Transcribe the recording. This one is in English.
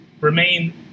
remain